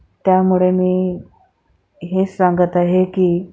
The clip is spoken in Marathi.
त्यामुळे मी हे सांगत आहे की